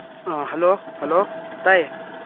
hello hello ꯇꯥꯏꯌꯦ